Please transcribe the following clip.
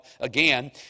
again